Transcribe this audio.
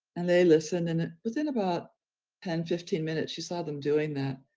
and they listen. and within about ten, fifteen minutes, you saw them doing that.